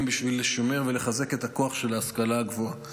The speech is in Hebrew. בשביל לשמר ולחזק את הכוח של ההשכלה הגבוהה.